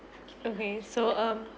okay so um